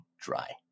dry